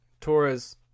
Torres